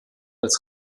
als